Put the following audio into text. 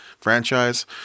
franchise